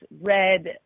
red